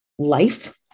life